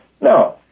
No